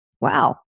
Wow